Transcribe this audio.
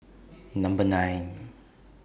Number nine